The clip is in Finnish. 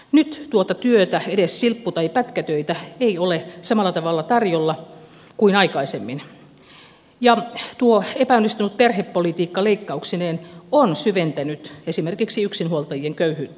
nyt tuota työtä edes silppu tai pätkätöitä ei ole samalla tavalla tarjolla kuin aikaisemmin ja epäonnistunut perhepolitiikka leikkauksineen on syventänyt esimerkiksi yksinhuoltajien köyhyyttä